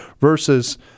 versus